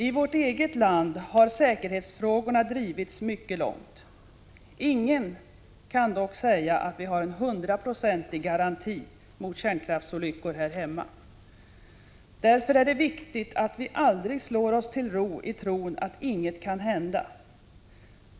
I vårt eget land har säkerhetsfrågorna drivits mycket långt. Ingen kan dock säga att vi har en hundraprocentig garanti mot kärnkraftsolyckor här hemma. Därför är det viktigt att vi aldrig slår oss till ro i tron att inget kan hända.